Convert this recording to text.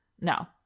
no